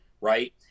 right